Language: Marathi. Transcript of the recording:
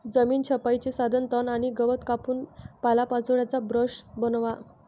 जमीन छपाईचे साधन तण आणि गवत कापून पालापाचोळ्याचा ब्रश बनवा